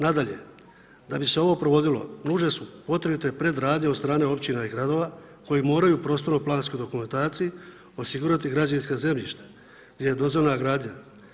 Nadalje, da bi se ovo provodilo nužne su potrebite predradnje od strane općina i gradova koje moraju u prostornoj planskoj dokumentaciji osigurati građevinska zemljišta gdje je dozvoljena gradnja.